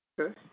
Okay